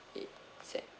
okay set